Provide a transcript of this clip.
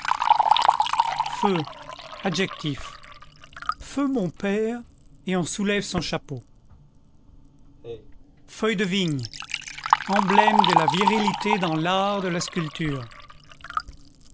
feu adj feu mon père et on soulève son chapeau feuille de vigne emblème de la virilité dans l'art de la sculpture